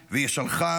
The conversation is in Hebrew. וישלחם,